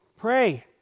Pray